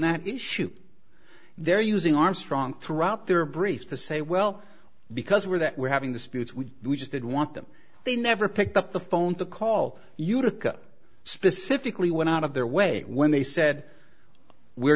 that issue they're using armstrong throughout their brief to say well because we're that we're having the spirits we just didn't want them they never picked up the phone to call utica specifically went out of their way when they said we're